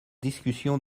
discussion